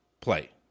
play